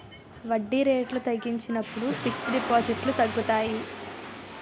వడ్డీ రేట్లు తగ్గించినప్పుడు ఫిక్స్ డిపాజిట్లు తగ్గుతాయి